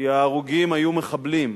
כי ההרוגים היו מחבלים.